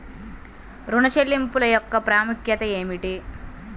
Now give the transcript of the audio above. ఋణ చెల్లింపుల యొక్క ప్రాముఖ్యత ఏమిటీ?